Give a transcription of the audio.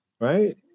right